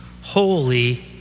holy